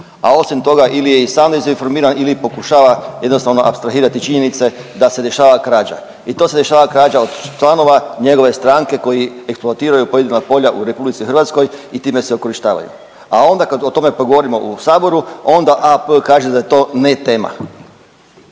a osim toga ili je i sam … ili pokušava jednostavno apstrahirati činjenice da se dešava krađa i to se dešava krađa od članova njegove stranke koji eksploatiraju pojedina polja u RH i time se okorištavaju. A onda kad o tome progovorimo u Saboru, onda AP kaže da je to ne tema.